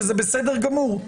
וזה בסדר גמור,